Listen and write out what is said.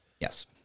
yes